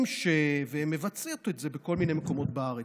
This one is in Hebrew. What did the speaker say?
הן מבצעות את זה בכל מיני מקומות בארץ,